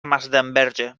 masdenverge